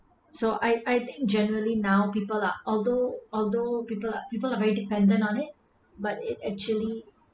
so I I think generally now people are although although people are people are very dependent on it but it actually